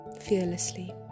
fearlessly